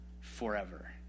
forever